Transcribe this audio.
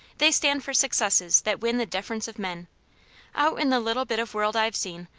they stand for successes that win the deference of men. out in the little bit of world i've seen,